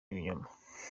ibinyoma